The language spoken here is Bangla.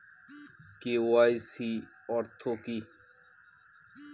কে.ওয়াই.সি অর্থ কি?